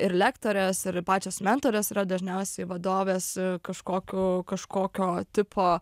ir lektorės ir pačios mentorės yra dažniausiai vadovės kažkokių kažkokio tipo